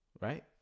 Right